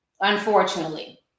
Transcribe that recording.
unfortunately